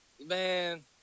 Man